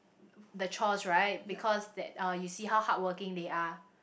the chores right because that uh you see how hard working they are